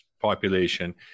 population